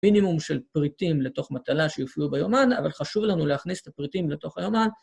מינימום של פריטים לתוך מטלה שיופיעו ביומן, אבל חשוב לנו להכניס את הפריטים לתוך היומן.